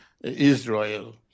Israel